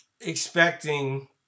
expecting